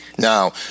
Now